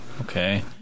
okay